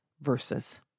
verses